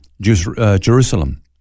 Jerusalem